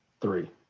Three